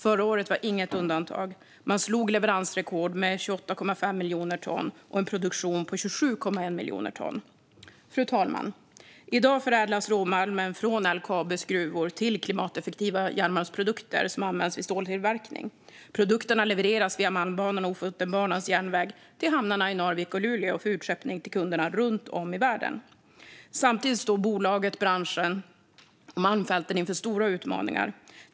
Förra året var inget undantag. Man slog leveransrekord med 28,5 miljoner ton och en produktion på 27,1 miljoner ton. Fru talman! I dag förädlas råmalmen från LKAB:s gruvor till klimateffektiva järnmalmsprodukter som används vid ståltillverkning. Produkterna levereras via Malmbanan och Ofotenbanens järnväg till hamnarna i Narvik och Luleå för utskeppning till kunderna runt om i världen. Samtidigt står bolaget, branschen och Malmfälten inför stora utmaningar.